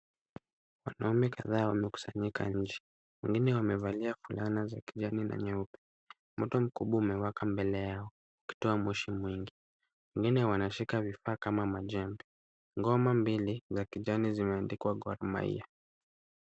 Wanaume kadhaa wamekusanyika nje, wengine wamevalia fulana za kijani na nyeupe. Moto mkubwa umewaka mbele yao ukitoa moshi mwingi, wengine wanashika vifaa kama majembe. Ngoma mbili za kijani zimeandikwa Gor Mahia.